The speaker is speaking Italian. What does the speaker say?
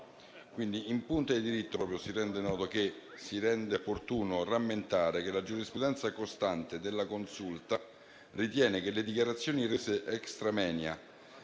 Quindi, in punto di diritto, si rende opportuno rammentare che la giurisprudenza costante della Consulta ritiene che le dichiarazioni rese *extra moenia*